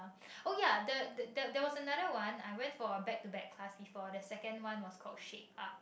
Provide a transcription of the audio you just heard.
oh ya the the there was another one I went for a back to back class before the second one was call shake up